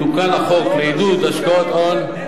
תוקן החוק לעידוד השקעות הון,